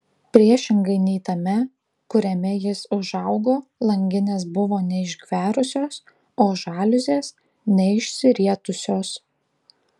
priešingai nei tame kuriame jis užaugo langinės buvo neišgverusios o žaliuzės neišsirietusios